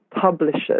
publishers